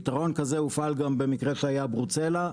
פתרון כזה הופעל גם במקרה שהיה ברוצלה,